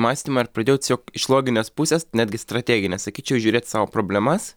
mąstymą ir pradėjau tiesiog iš loginės pusės netgi strateginės sakyčiau žiūrėt į savo problemas